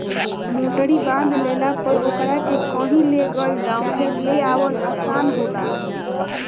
मोटरी बांध लेला पर ओकरा के कही ले गईल चाहे ले आवल आसान होला